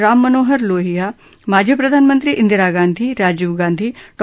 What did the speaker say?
राममनोहर लोहिया माजी प्रधानमंत्री इंदिरा गांधी राजीव गांधी डॉ